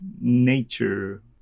nature